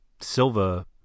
Silva